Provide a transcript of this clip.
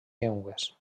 llengües